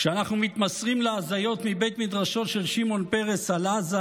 כשאנחנו מתמסרים להזיות מבית מדרשו של שמעון פרס על עזה